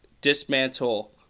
dismantle